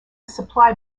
supply